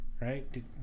right